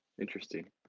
Interesting